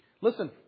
Listen